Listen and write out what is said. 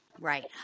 Right